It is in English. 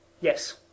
yes